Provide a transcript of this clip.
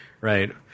right